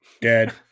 Dead